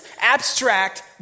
abstract